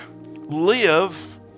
live